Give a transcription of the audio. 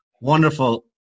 wonderful